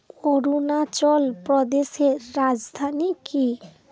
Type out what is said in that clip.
অরুণাচল প্রদেশের রাজধানী কী